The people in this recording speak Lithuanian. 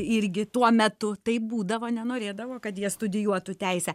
irgi tuo metu taip būdavo nenorėdavo kad jie studijuotų teisę